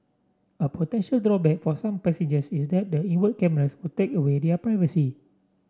a potential drawback for some passengers is that the inward cameras would take away their privacy